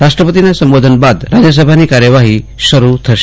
રાષ્ટ્રપતિના સંબોધન બાદ રાજયસભાની કારયવાઠ્ઠી શરૂ થશે